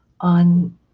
on